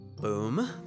Boom